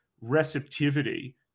receptivity